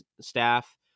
staff